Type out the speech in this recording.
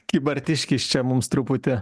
kybartiškis čia mums truputį